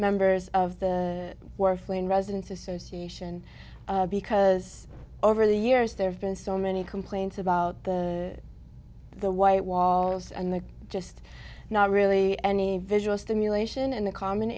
members of the wharf when residents association because over the years there have been so many complaints about the the white walls and the just not really any visual stimulation and the common